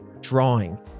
drawing